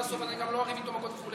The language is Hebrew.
הסוף ואני גם לא אריב איתו במכות וכו'